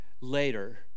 later